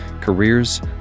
careers